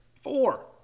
Four